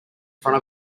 front